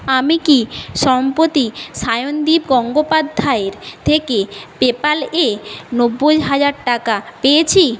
আমি কি সম্প্রতি সায়নদীপ গঙ্গোপাধ্যায়ের থেকে পেপালে নব্বই হাজার টাকা পেয়েছি